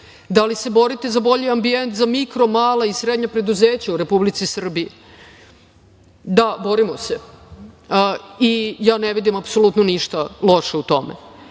Da li se borite za bolji ambijent za mikro, mala i srednja preduzeća u Republici Srbiji? Da, borimo se. Ja ne vidim apsolutno ništa loše u tome.